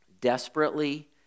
desperately